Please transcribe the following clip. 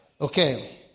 Okay